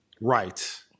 Right